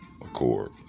accord